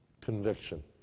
conviction